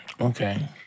Okay